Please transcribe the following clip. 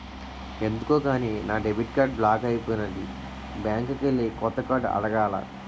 ఎందుకో గాని నా డెబిట్ కార్డు బ్లాక్ అయిపోనాది బ్యాంకికెల్లి కొత్త కార్డు అడగాల